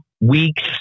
weeks